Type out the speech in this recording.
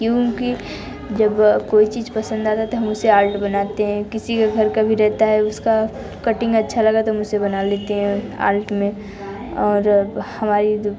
क्योंकि जब कोई चीज़ पसंद आता है तो हम उसे आर्ट बनाते हैं किसी के घर कभी रहता है उसका कटिंग अच्छा लगा तो हम उसे बना लेते हैं आर्ट में और हमारी